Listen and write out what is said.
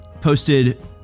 posted